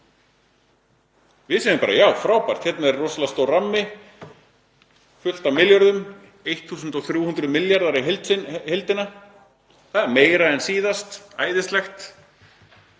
Við segjum bara: Já, frábært. Hérna er rosalega stór rammi, fullt af milljörðum, 1.300 milljarðar í heildina. Það er meira en síðast, æðislegt.